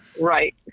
right